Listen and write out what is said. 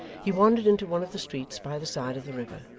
he wandered into one of the streets by the side of the river,